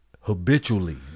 habitually